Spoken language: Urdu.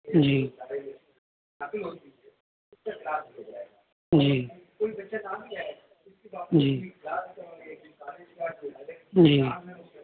جی جی جی جی